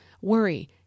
worry